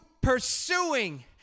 pursuing